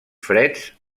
freds